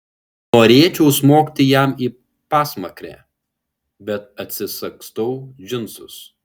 norėčiau smogti jam į pasmakrę bet atsisagstau džinsus